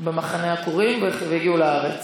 במחנה עקורים ואחרי כן הגיעו לארץ.